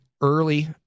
early